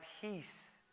peace